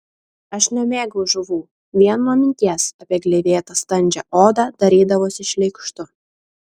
aš nemėgau žuvų vien nuo minties apie gleivėtą standžią odą darydavosi šleikštu